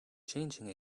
changing